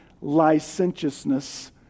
licentiousness